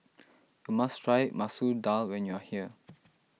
you must try Masoor Dal when you are here